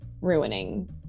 ruining